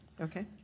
okay